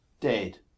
dead